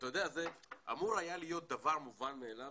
זה היה אמור להיות דבר מובן מאליו